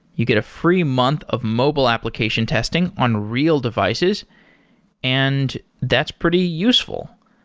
you get a free month of mobile application testing on real devices and that's pretty useful.